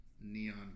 neon